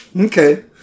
Okay